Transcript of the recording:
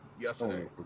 yesterday